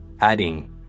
Adding